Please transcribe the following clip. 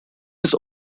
his